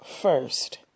first